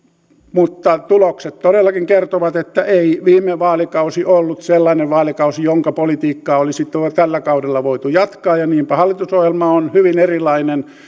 mutta tulokset todellakin kertovat että ei viime vaalikausi ollut sellainen vaalikausi jonka politiikkaa olisi tällä kaudella voitu jatkaa ja niinpä hallitusohjelma on hyvin erilainen